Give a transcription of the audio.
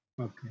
Okay